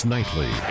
Nightly